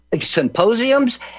symposiums